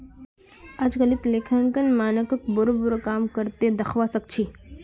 अजकालित लेखांकन मानकक बोरो बोरो काम कर त दखवा सख छि